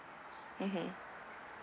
mmhmm